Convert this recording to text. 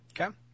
Okay